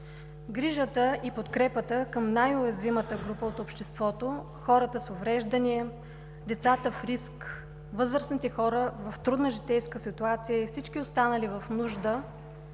грижата и подкрепата към най-уязвимата група от обществото – хората с увреждания, децата в риск, възрастните хора в трудна житейска ситуация и всички останали в нужда,